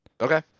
okay